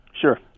Sure